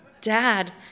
Dad